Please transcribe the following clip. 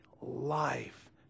life